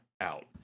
out